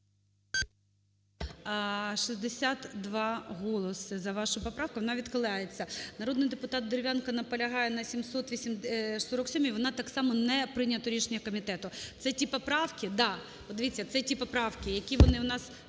62 голоси за вашу поправку, вона відхиляється. Народний депутат Дерев'янко наполягає на 747, вона так само не прийнято, рішення комітету. Це ті поправки, да, подивіться,